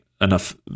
enough